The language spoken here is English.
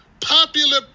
popular